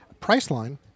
Priceline